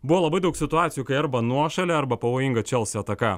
buvo labai daug situacijų kai arba nuošalė arba pavojinga chelsea ataka